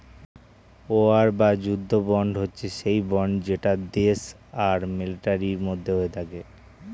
war বা যুদ্ধ bond হচ্ছে সেই বন্ড যেটা দেশ আর মিলিটারির মধ্যে হয়ে থাকে